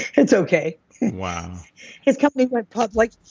it's okay wow his company went public.